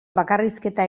bakarrizketa